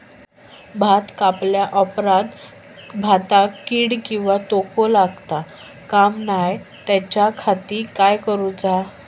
भात कापल्या ऑप्रात भाताक कीड किंवा तोको लगता काम नाय त्याच्या खाती काय करुचा?